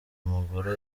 mugore